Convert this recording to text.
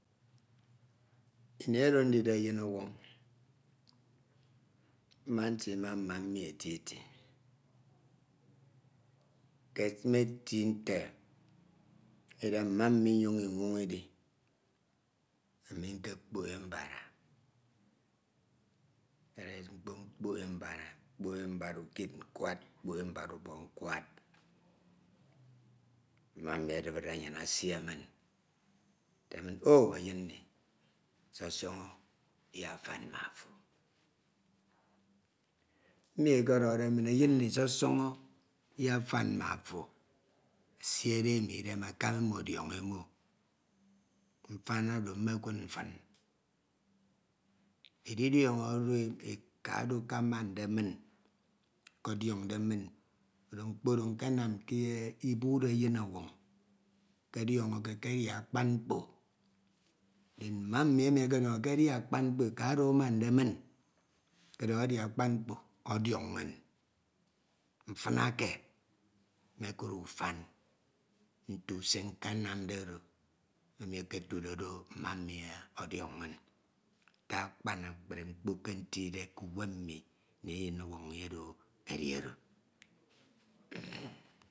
ini oror ndide eyin. owon mma nsima mma mmi eti eti ke mmek nti nte edide mma mmi inyon inwon idi ami nkopok e mbara ndaq mkpok e mbara. mkpoe mbara ukid nkwad. mkpok e mbara ubok nkwad. mma mmi edibere anyin esie min ete min o eyin nni. sosono o iyafan ma afo emi okodohode min eyin mmi sosono iyafgan ma afo esie de omo idem. akamade emo odion emo mfen oro eka oro akamade min okodionde min koro mkpo oro nkanam kibud eyin owon nkodionoke ke edi akpan mkpo. ndin mma oro okodionode ke edi akpan mkpo eka oro amande min odohe edi akpan mkpo odion inn. mfin eke mekud ufan otu se nkanamde oro emi okotude do. mma mmi odion inn. ata akpa akpri mkpo ete ndide kuwem mmi ini eyin owon mmi oro ede oro.